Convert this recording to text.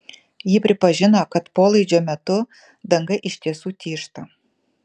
ji pripažino kad polaidžio metu danga iš tiesų tyžta